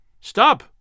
Stop